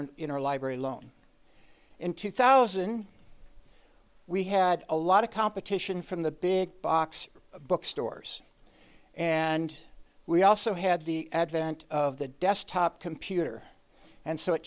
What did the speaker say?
interlibrary loan in two thousand we had a lot of competition from the big box bookstores and we also had the advent of the desktop computer and so it